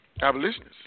Abolitionists